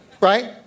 right